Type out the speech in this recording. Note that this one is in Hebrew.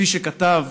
כפי שכתב